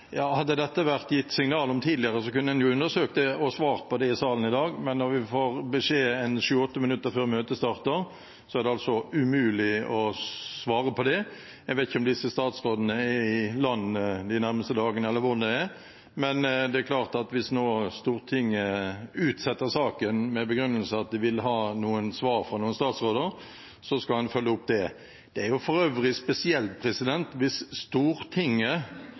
Ja, hadde det vært gitt signal om dette tidligere, kunne en jo undersøkt det og svart på det i salen i dag. Men når en får beskjed en sju–åtte minutter før møtet starter, er det altså umulig å svare på det. Jeg vet ikke om disse statsrådene er i landet de nærmeste dagene, eller hvordan det er, men det er klart at hvis Stortinget nå utsetter saken med den begrunnelse at de vil ha svar fra noen statsråder, skal en følge opp det. Det er for øvrig spesielt hvis Stortinget,